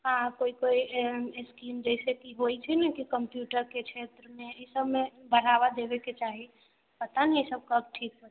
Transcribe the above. कोई कोई स्कीम जाहिसेकि होइ छै ने कंप्युटर के क्षेत्रमे इसबमे बढावा देबयके चाही पता नहि ईसब कब ठीक हेतै